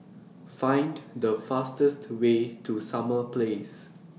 Find The fastest Way to Summer Place